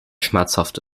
schmerzhaft